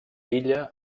illa